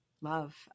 Love